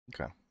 okay